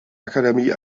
akademie